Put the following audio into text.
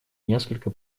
несколько